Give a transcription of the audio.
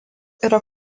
yra